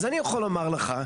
אז אני יכול לומר לך,